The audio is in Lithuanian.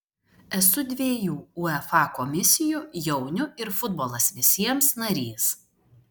esu dviejų uefa komisijų jaunių ir futbolas visiems narys